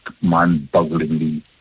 mind-bogglingly